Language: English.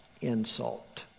insult